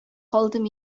калдым